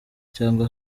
cyangwa